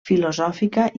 filosòfica